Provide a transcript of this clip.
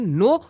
no